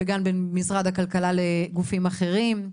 וגם בין משרד הכלכלה לגופים אחרים.